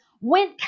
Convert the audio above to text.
went